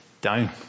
down